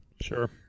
Sure